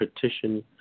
petition